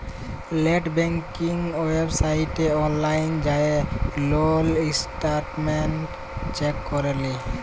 late banking ওয়েবসাইটে অললাইল যাঁয়ে লল ইসট্যাটমেল্ট চ্যাক ক্যরে লেই